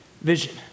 vision